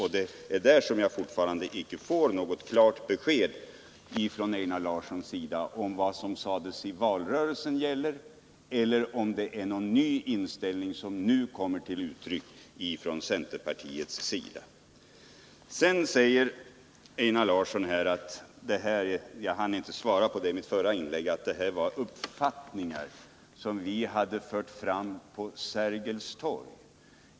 Vad jag fortfarande inte får klart besked om från Einar Larsson är om det som sagts i valrörelsen gäller, eller om det är någon ny inställning som nu kommer till uttryck från centerpartiet. Sedan säger Einar Larsson — jag hann inte svara på det i mitt förra inlägg — att det här var uppfattningar som vi hade fört fram på Sergels torg.